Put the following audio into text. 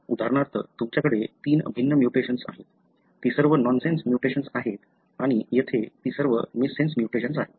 उदाहरणार्थ तुमच्याकडे तीन भिन्न म्युटेशन्स आहेत ती सर्व नॉनसेन्स म्युटेशन्स आहेत आणि येथे ती सर्व मिससेन्स म्युटेशन्स आहेत